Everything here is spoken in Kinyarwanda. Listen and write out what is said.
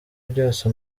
byose